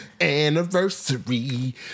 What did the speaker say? Anniversary